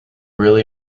really